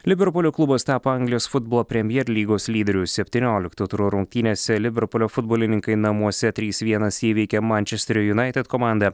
liverpulio klubas tapo anglijos futbolo premjer lygos lyderiu septyniolikto turo rungtynėse liverpulio futbolininkai namuose trys vienas įveikė mančesterio junaited komandą